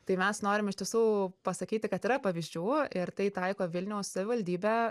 tai mes norim iš tiesų pasakyti kad yra pavyzdžių ir tai taiko vilniaus savivaldybė